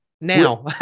now